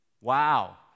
Wow